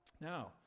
Now